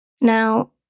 Now